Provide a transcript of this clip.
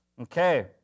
okay